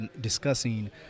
discussing